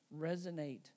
resonate